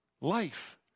life